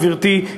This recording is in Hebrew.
גברתי,